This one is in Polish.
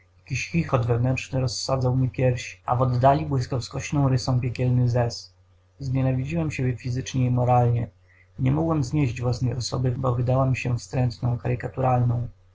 chichot wewnętrzny rozsadzał mi piersi a w oddali błyskał skośną rysą piekielny zez znienawidziłem siebie fizycznie i moralnie nie mogłem znieść własnej osoby bo wydała się wstrętną